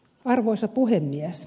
arvoisa puhemies